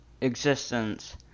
existence